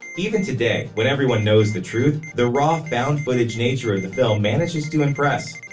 even today, when everyone knows the truth, the raw, found-footage nature of the film manages to impress.